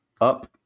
Up